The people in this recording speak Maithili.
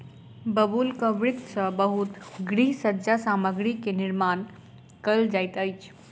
बबूलक वृक्ष सॅ बहुत गृह सज्जा सामग्री के निर्माण कयल जाइत अछि